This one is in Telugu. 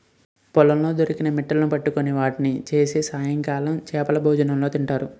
పొలాల్లో దొరికిన మిట్టలును పట్టుకొని వాటిని చేసి సాయంకాలం చేపలభోజనం తింటారు